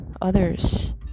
others